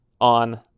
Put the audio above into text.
on